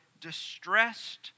distressed